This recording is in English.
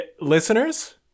listeners